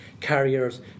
carriers